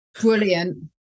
Brilliant